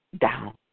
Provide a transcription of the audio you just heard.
down